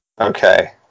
Okay